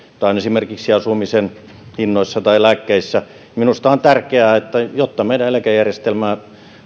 joita on esimerkiksi asumisen hinnoissa tai lääkkeissä minusta on tärkeää että jotta meidän eläkejärjestelmämme